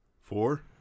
Four